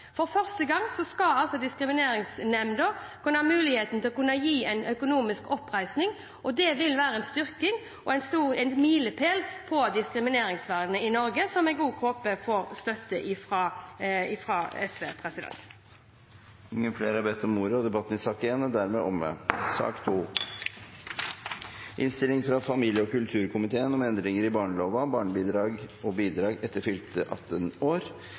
For første gang skal diskrimineringsnemnda kunne ha mulighet til å gi økonomisk oppreisning, og det vil være en styrking og en milepæl når det gjelder diskrimineringsvernet i Norge, som jeg også håper får støtte fra SV. Flere har ikke bedt om ordet til sak nr. 1. Etter ønske fra familie- og kulturkomiteen vil presidenten foreslå at taletiden blir begrenset til 5 minutter til hver partigruppe og